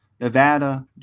nevada